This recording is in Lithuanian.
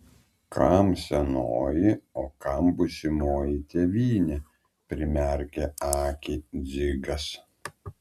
kam senoji o kam būsimoji tėvynė primerkė akį dzigas